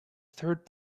third